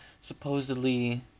supposedly